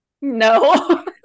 no